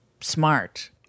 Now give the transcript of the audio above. smart